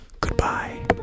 Goodbye